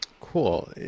cool